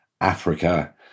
Africa